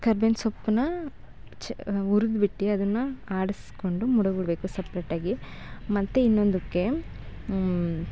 ಕರ್ಬೇವಿನ ಸೊಪ್ಪನ್ನ ಚ ಹುರಿದ್ಬಿಟ್ಟು ಅದನ್ನು ಆಡಿಸ್ಕೊಂಡು ಮಡಗ್ಬಿಡ್ಬೇಕು ಸಪ್ರೇಟಾಗಿ ಮತ್ತು ಇನ್ನೊಂದಕ್ಕೆ